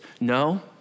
No